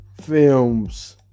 Films